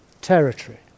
territory